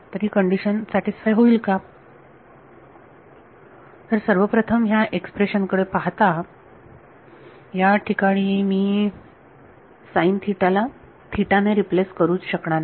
तर ही condition satisfy होईल का तर सर्वप्रथम ह्या एक्सप्रेशन कडे पाहता या ठिकाणी मी साईन थीटा ला थीटा ने रिप्लेस करूच शकणार नाही